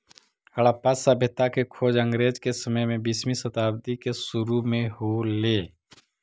हड़प्पा सभ्यता के खोज अंग्रेज के समय में बीसवीं शताब्दी के सुरु में हो ले